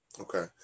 Okay